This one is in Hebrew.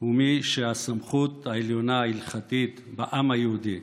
הוא מי שהסמכות העליונה ההלכתית בעם היהודי,